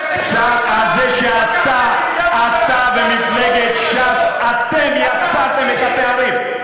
על זה שאתה ומפלגת ש"ס, אתם יצרתם את הפערים.